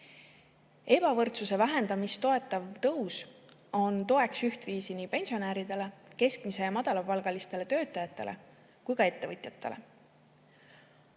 Ebavõrdsuse vähendamist toetav tõus on toeks ühtviisi nii pensionäridele, keskmise‑ ja madalapalgalistele töötajatele kui ka ettevõtjatele.